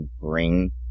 bring